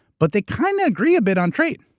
but they kind of agree a bit on trade.